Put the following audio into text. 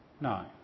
No